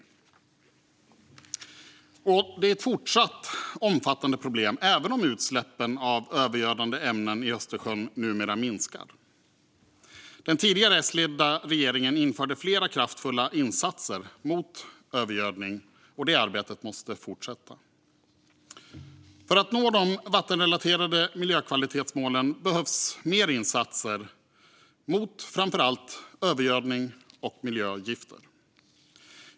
Detta fortsätter att vara ett omfattande problem även om utsläppen av övergödande ämnen i Östersjön numera minskar. Den tidigare S-ledda regeringen införde flera kraftfulla insatser mot övergödning, och det arbetet måste fortsätta. För att nå de vattenrelaterade miljökvalitetsmålen behövs mer insatser mot framför allt övergödning och miljögifter.